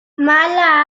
mala